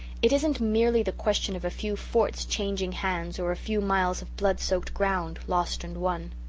it isn't merely the question of a few forts changing hands or a few miles of blood-soaked ground lost and won.